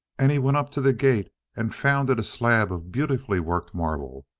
and he went up to the gate and found it a slab of beautifully worked marble,